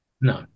No